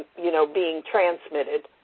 you know, being transmitted.